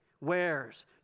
wares